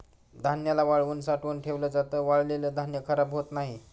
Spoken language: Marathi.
धान्याला वाळवून साठवून ठेवल जात, वाळलेल धान्य खराब होत नाही